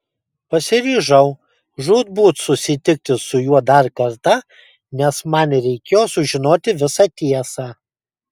pasiryžau žūtbūt susitikti su juo dar kartą nes man reikėjo sužinoti visą tiesą